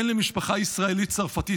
בן למשפחה ישראלית צרפתית,